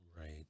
Right